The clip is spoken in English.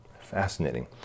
Fascinating